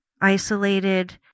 isolated